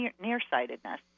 nearsightedness